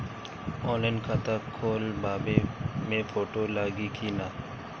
Online खाता खोलबाबे मे फोटो लागि कि ना?